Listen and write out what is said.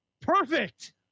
perfect